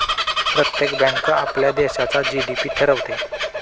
प्रत्येक बँक आपल्या देशाचा जी.डी.पी ठरवते